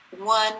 one